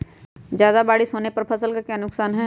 ज्यादा बारिस होने पर फसल का क्या नुकसान है?